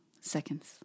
seconds